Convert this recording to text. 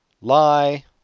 lie